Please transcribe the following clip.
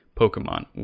Pokemon